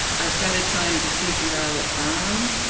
i started trying to figure out arm,